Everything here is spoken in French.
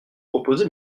proposé